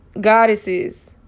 goddesses